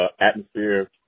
atmosphere